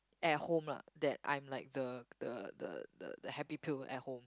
at home lah that I'm like the the the the happy pill at home